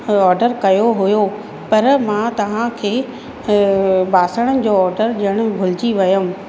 order कयो हुओ पर मां तव्हांखे ॿासणनि जो ऑडर ॾियणु भुलिजी वियमि